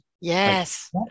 Yes